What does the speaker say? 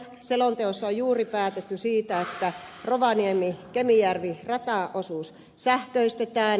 selonteossa on juuri päätetty siitä että rovaniemikemijärvi rataosuus sähköistetään